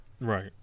Right